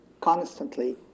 constantly